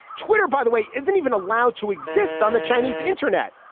twitter. by the way isn't even allowed to exist on the chinese internet.